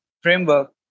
framework